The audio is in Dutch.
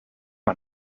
aan